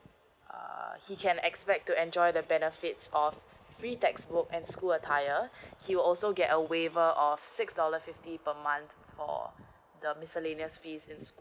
uh he can expect to enjoy the benefits of free textbook and school attire he will also get a waiver of six dollar fifty per month for the miscellaneous fees in school